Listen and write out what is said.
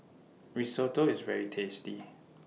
Risotto IS very tasty